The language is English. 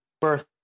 birth